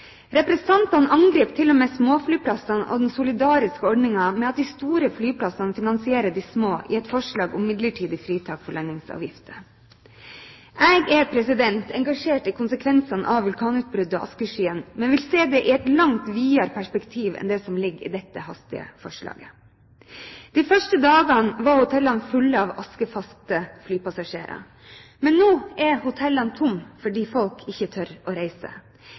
Representantene angriper til og med småflyplassene og den solidariske ordningen med at de store flyplassene finansierer de små, i et forslag om midlertidig fritak for landingsavgifter. Jeg er engasjert i konsekvensene av vulkanutbruddet og askeskyen, men vil se det i et langt videre perspektiv enn det som ligger i dette hastige forslaget. De første dagene var hotellene fulle av askefaste flypassasjerer. Nå er hotellene tomme fordi folk ikke tør å reise